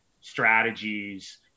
strategies